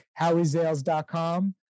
HowieZales.com